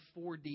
4D